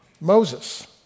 Moses